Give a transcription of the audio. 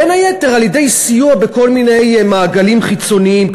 בין היתר על-ידי סיוע בכל מיני מעגלים חיצוניים,